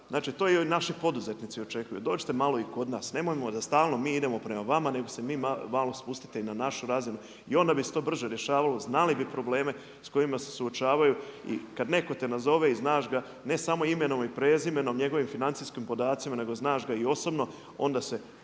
znači to i naši poduzetnici očekuju. Dođite malo i kod nas, nemojmo da stalno mi idemo prema vama nego se vi malo spustite i na našu razinu i onda bi se to brže rješavalo, znali bi probleme s kojima se suočavaju i kada te netko nazove i znaš ga ne samo imenom i prezimenom, njegovim financijskim podacima nego ga znaš i osobno onda se